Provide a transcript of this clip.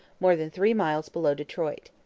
more than three miles below detroit.